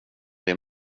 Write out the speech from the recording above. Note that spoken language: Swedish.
din